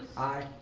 aye.